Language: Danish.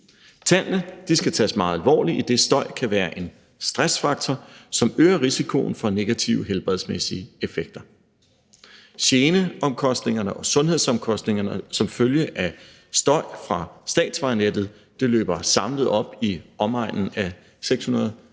Tallene skal tages meget alvorligt, idet støj kan være en stressfaktor, som øger risikoen for negative helbredsmæssige effekter. Geneomkostningerne og sundhedsomkostningerne som følge af støj fra statsvejnettet løber samlet op i omegnen af 630 mio.